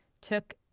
took